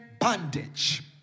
bondage